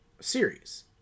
series